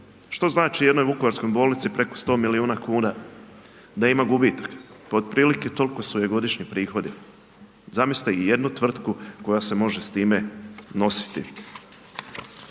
Što znači jednoj Vukovarskoj bolnici preko 100 milijuna kuna da ima gubitaka, pa otprilike toliko su joj godišnji prihodi. Zamislite i jednu tvrtku koja se može s time nositi.